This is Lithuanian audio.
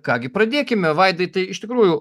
ką gi pradėkime vaidai tai iš tikrųjų